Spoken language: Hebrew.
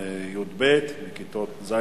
י"ב, הצעות מס'